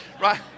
Right